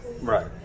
right